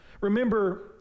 Remember